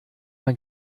mein